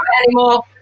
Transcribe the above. anymore